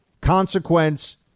consequence